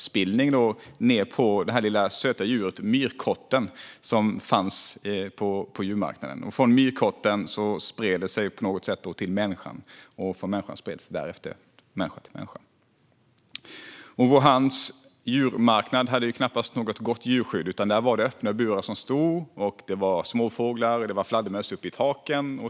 Spillning från fladdermöss kom ned på det lilla söta djuret myrkott, som fanns på djurmarknaden. Från myrkotten spred det sig på något sätt till människan, och därefter spreds det från människa till människa. Wuhans djurmarknad hade knappast något gott djurskydd. Där stod det öppna burar, och det var småfåglar och fladdermöss uppe i taken.